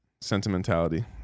sentimentality